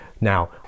Now